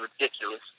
ridiculous